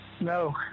No